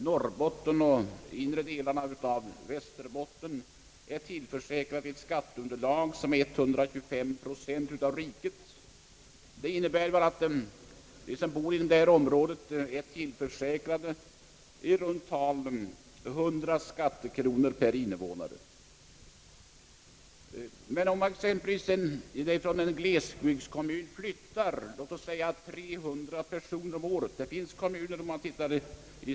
Norrbotten och de inre delarna av Västerbotten är tillförsäkrade 125 procent av rikets skattekraft. De som bor i dessa glesbygder är alltså tillförsäkrade i runt tal 100 skattekronor per innevånare. Men om t.ex. 300 personer flyttar från en glesbygdskommun under ett år tappar kommunen 30 000 skattekronor.